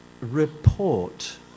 report